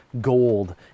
gold